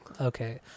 Okay